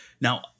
now